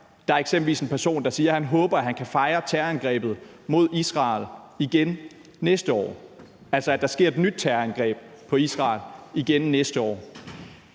Der er eksempelvis en person, der siger, at han håber, at han kan fejre terrorangrebet mod Israel igen næste år, altså at der sker et nyt terrorangreb på Israel igen næste år.